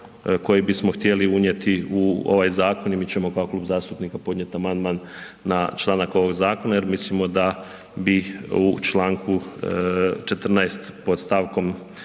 koji bismo htjeli unijeti u ovaj zakon i mi ćemo kao klub zastupnika podnijeti amandman na članak ovog zakona jer mislimo da bi u Članku 14. pod stavkom